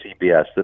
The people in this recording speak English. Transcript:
CBS